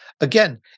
again